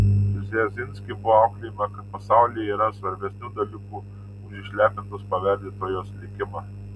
brzezinski buvo auklėjama kad pasaulyje yra svarbesnių dalykų už išlepintos paveldėtojos likimą